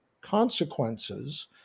consequences